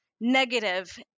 negative